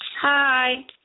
Hi